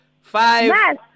Five